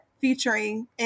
featuring